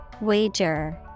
Wager